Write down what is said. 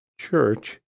church